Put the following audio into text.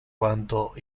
quando